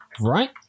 right